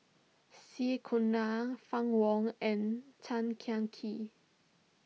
C Fann Wong and Tan Kah Kee